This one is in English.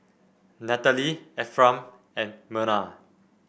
Nathalie Ephram and Myrna